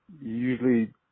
usually